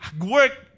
work